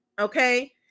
okay